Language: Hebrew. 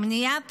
מניעת